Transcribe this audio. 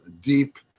deep